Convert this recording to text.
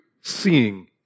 seeing